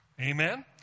Amen